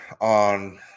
on